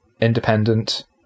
independent